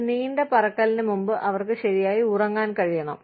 ഒരു നീണ്ട പറക്കലിന് മുമ്പ് അവർക്ക് ശരിയായി ഉറങ്ങാൻ കഴിയണം